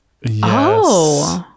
Yes